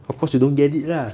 of course you don't get it lah